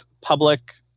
public